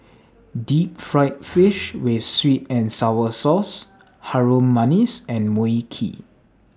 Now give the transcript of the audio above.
Deep Fried Fish with Sweet and Sour Sauce Harum Manis and Mui Kee